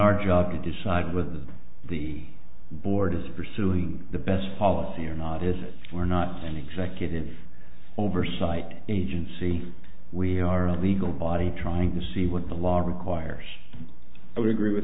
our job to decide with the board is pursuing the best policy or not is it we're not an executive oversight agency we are a legal body trying to see what the law requires i would agree with